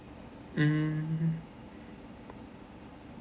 mm